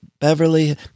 Beverly